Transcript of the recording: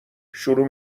شروع